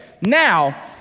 Now